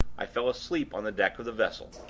i fell asleep on the deck of the vessel.